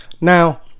Now